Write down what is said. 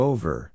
Over